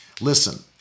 Listen